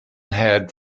had